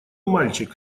мальчик